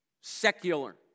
secular